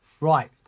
right